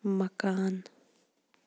مَکان